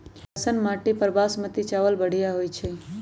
कैसन माटी पर बासमती चावल बढ़िया होई छई?